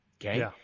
Okay